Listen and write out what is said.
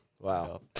Wow